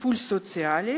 טיפול סוציאלי